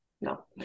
no